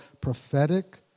prophetic